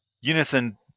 unison